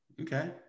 Okay